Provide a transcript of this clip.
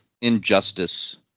injustice